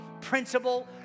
principle